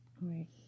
Right